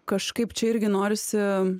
kažkaip čia irgi norisi